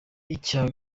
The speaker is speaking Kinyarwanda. icya